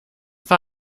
war